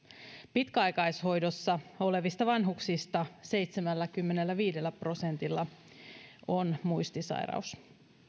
pitkäaikaishoidossa olevista vanhuksista seitsemälläkymmenelläviidellä prosentilla on muistisairaus